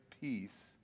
peace